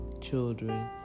children